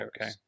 Okay